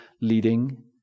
leading